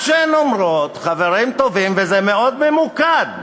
מה שהן אומרות, חברים טובים, וזה מאוד ממוקד,